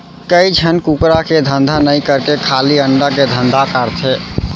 कइ झन कुकरा के धंधा नई करके खाली अंडा के धंधा करथे